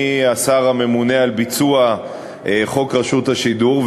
אני השר הממונה על ביצוע חוק רשות השידור,